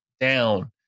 down